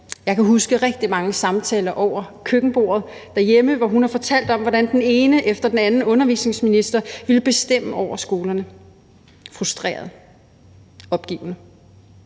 Jeg kan huske rigtig mange samtaler over køkkenbordet derhjemme, hvor hun har fortalt om, hvordan den ene undervisningsminister efter den anden ville bestemme over skolerne – frustreret, opgivende.